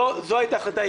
זו הייתה ההחלטה,